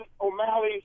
O'Malley